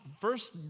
first